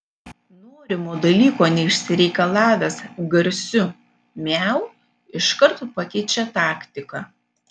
norimo dalyko neišsireikalavęs garsiu miau iškart pakeičia taktiką